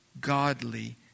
godly